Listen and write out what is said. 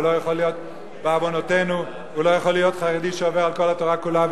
הוא לא יכול להיות חרדי שעובר על כל התורה כולה,